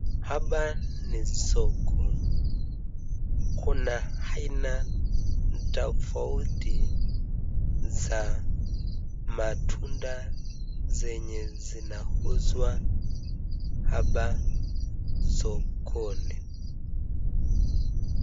Hapa ni soko kuna aina tafauti za matunda zenye zinauzwa hapa sokoni.